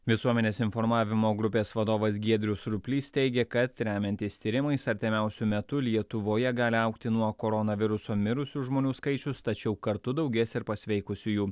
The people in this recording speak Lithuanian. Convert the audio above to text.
visuomenės informavimo grupės vadovas giedrius surplys teigia kad remiantis tyrimais artimiausiu metu lietuvoje gali augti nuo koronaviruso mirusių žmonių skaičius tačiau kartu daugės ir pasveikusiųjų